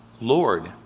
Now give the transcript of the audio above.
Lord